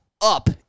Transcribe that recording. up